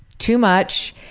too much.